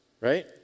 right